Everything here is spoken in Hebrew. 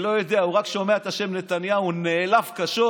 הוא רק שומע את השם נתניהו, הוא נעלב קשות,